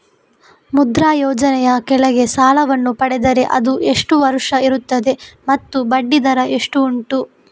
ಮುದ್ರಾ ಯೋಜನೆ ಯ ಕೆಳಗೆ ಸಾಲ ವನ್ನು ಪಡೆದರೆ ಅದು ಎಷ್ಟು ವರುಷ ಇರುತ್ತದೆ ಮತ್ತು ಬಡ್ಡಿ ದರ ಎಷ್ಟು ಉಂಟು?